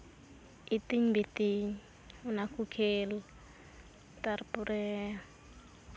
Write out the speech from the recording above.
ᱤᱛᱤᱧ ᱵᱤᱛᱤᱧ ᱚᱱᱟ ᱠᱚ ᱠᱷᱮᱞ ᱛᱟᱨᱯᱚᱨᱮ